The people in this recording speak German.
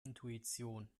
intuition